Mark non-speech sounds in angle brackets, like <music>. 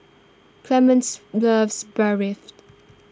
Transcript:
Clemence loves <unintelligible>